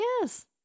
Yes